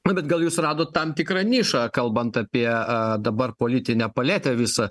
nu bet gal jūs radot tam tikrą nišą kalbant apie a dabar politinę paletę visą